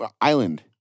island